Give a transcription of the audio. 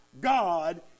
God